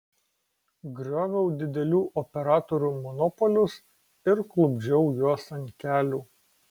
grioviau didelių operatorių monopolius ir klupdžiau juos ant kelių